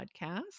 Podcast